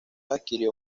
adquirió